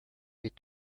est